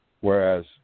whereas